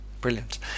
Brilliant